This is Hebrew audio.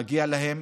מגיע להם.